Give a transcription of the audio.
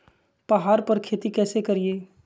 पहाड़ पर खेती कैसे करीये?